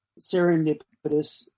serendipitous